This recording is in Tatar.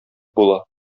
була